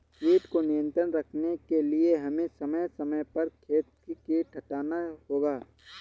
कीट को नियंत्रण रखने के लिए हमें समय समय पर खेत से कीट हटाना होगा